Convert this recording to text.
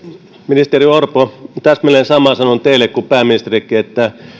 ministeri orpo täsmälleen samaa sanon teille kuin pääministerillekin että